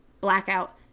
blackout